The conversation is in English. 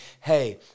hey